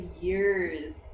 years